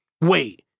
Wait